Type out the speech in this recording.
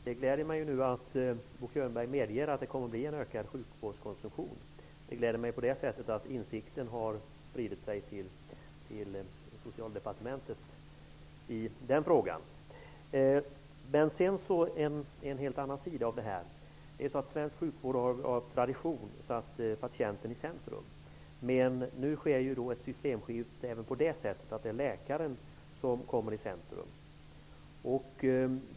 Herr talman! Det gläder mig att Bo Könberg medger att det kommer att bli en ökad sjukvårdskonsumtion. Det gläder mig så till vida att insikten i den frågan har spridit sig till Svensk sjukvård har av tradition satt patienten i centrum. Nu sker ett systemskifte. Det är läkaren som kommer att hamna i centrum.